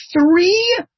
three